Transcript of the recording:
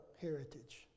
heritage